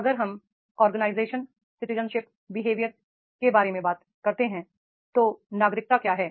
अगर हम organisational citizenship behaviour के बारे में बात करते हैं तो नागरिकता क्या है